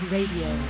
Radio